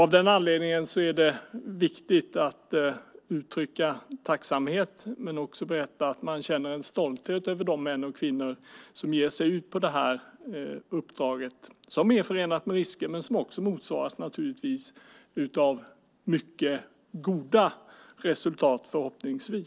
Av denna anledning är det viktigt att uttrycka tacksamhet och stolthet över de män och kvinnor som ger sig ut på detta uppdrag som är förenat med risker men förhoppningsvis också ger goda resultat.